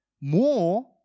more